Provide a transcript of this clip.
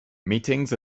meetings